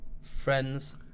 Friends